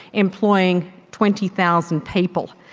employing twenty thousand people.